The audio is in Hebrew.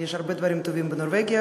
יש הרבה דברים טובים בנורבגיה,